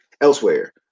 elsewhere